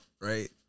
right